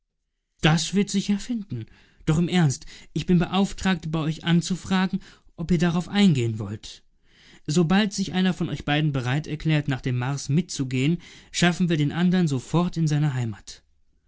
das wird sich ja finden doch im ernst ich bin beauftragt bei euch anzufragen ob ihr darauf eingehen wollt sobald sich einer von euch beiden bereiterklärt nach dem mars mitzugehen schaffen wir den andern sofort in seine heimat